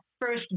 first